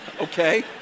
Okay